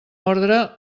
ordre